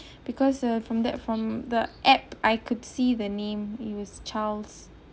because uh from that from the app I could see the name he was charles